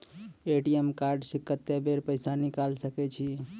ATM card से कत्तेक बेर पैसा निकाल सके छी?